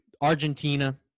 Argentina